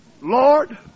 Lord